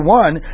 one